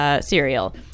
cereal